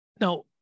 Now